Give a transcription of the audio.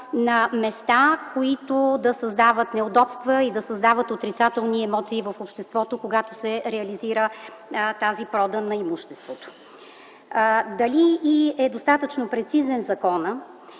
на места, които да създават неудобства и отрицателни емоции в обществото, когато се реализира тази продан на имуществото. Дали е достатъчно прецизен законът